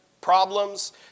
problems